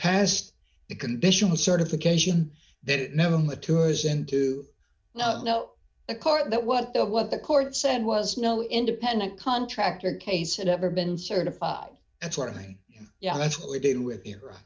past the conditional certification that it never matures and do not know a card that what the what the court said was no independent contractor case had ever been certified that's what i mean yeah that's what we did with ira